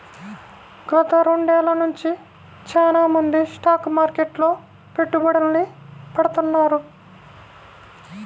గత రెండేళ్ళ నుంచి చానా మంది స్టాక్ మార్కెట్లో పెట్టుబడుల్ని పెడతాన్నారు